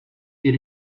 did